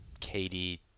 KD